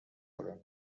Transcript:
کرونا